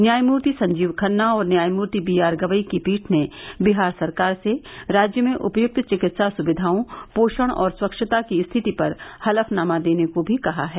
न्यायमूर्ति संजीव खन्ना और न्यायमूर्ति बी आर गवई की पीठ ने बिहार सरकार से राज्य में उपयुक्त चिकित्सा सुविधाओं पोषण और स्वच्छता की स्थिति पर हलफनामा देने को भी कहा है